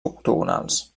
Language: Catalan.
octogonals